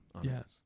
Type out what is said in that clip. Yes